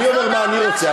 אני אומר מה אני רוצה.